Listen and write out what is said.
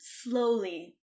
Slowly